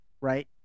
right